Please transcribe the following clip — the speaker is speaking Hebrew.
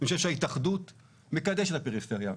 אני חושב שההתאחדות מקדשת את הפריפריה.